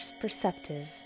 perceptive